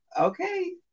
Okay